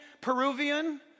Peruvian